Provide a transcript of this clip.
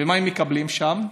מה מקבלים שם?